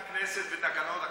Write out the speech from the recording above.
זה זילות של הכנסת ותקנון הכנסת.